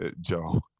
Joe